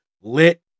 lit